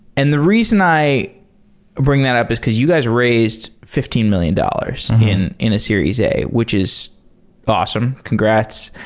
and the reason i bring that up is because you guys raised fifteen million dollars in in a series a, which is awesome. congrats.